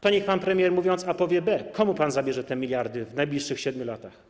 To niech pan premier mówiąc: A, powie: B. Komu pan zabierze te miliardy w najbliższych 7 latach?